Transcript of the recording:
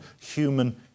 human